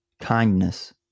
kindness